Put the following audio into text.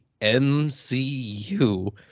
MCU